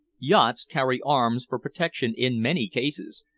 yachts carry arms for protection in many cases,